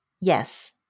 Yes